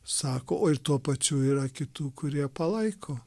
sako o ir tuo pačiu yra kitų kurie palaiko